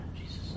Jesus